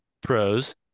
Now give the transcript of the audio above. pros